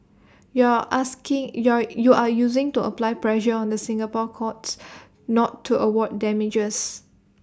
you are asking you are you are using to apply pressure on the Singapore courts not to award damages